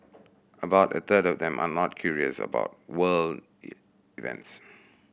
about a third of them are not curious about world events